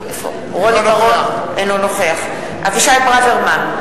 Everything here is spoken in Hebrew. אינו נוכח אבישי ברוורמן,